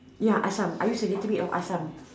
ya Asam I use a little bit of Asam